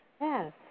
Yes